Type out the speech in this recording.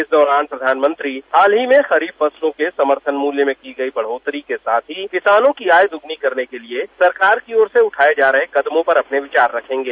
इस दौरान प्रधानमंत्री हाल ही में खरीफ फसलों के समर्थन मूल्य में की गई बढ़ोत्तरी के साथ ही किसानों की आय दोगुनी करने के लिए सरकार की ओर से उठाये जा रहे कदमों पर अपने विचार रखेंगे